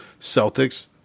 Celtics